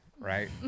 right